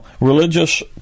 religious